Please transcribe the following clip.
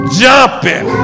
jumping